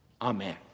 Amen